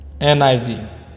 NIV